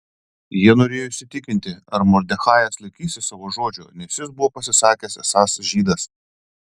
jie norėjo įsitikinti ar mordechajas laikysis savo žodžio nes jis buvo pasisakęs esąs žydas